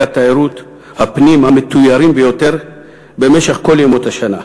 תיירות הפנים המתוירים ביותר במשך כל ימות השנה.